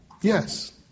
Yes